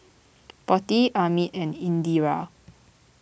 Potti Amit and Indira